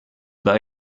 but